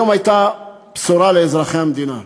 היום הייתה בשורה לאזרחי המדינה,